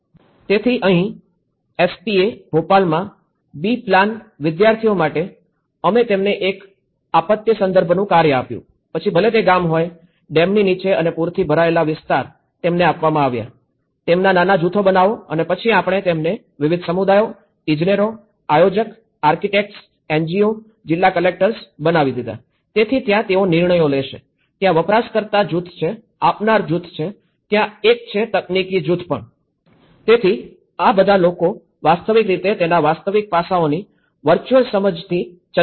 તેથી અહીં એસપીએ ભોપાલમાં બી પ્લાન વિદ્યાર્થીઓ માટે અમે તેમને એક આપત્તિ સંદર્ભનું કાર્ય આપ્યું પછી ભલે તે ગામ હોય ડેમની નીચે અને પૂરથી ભરાયેલા વિસ્તાર તેમને આપવામાં આવ્યા તેમના નાના જૂથો બનાવો અને પછી આપણે તેમને વિવિધ સમુદાય ઇજનેરો આયોજક આર્કિટેક્ટ એનજીઓ જિલ્લા કલેક્ટર્સ બનાવી દીધાં તેથી ત્યાં તેઓ નિર્ણય લેશે ત્યાં વપરાશકર્તા જૂથ છે આપનાર જૂથ છે ત્યાં એક છે તકનીકી જૂથ પણ છે તેથી આ બધા લોકો વાસ્તવિક રીતે તેના વાસ્તવિક પાસાઓની વર્ચુઅલ સમજણથી ચર્ચા કરશે